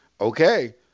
okay